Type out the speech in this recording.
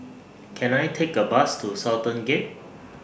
Can I Take A Bus to Sultan Gate